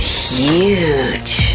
huge